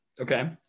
okay